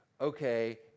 okay